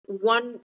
one